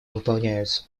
выполняются